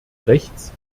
rechts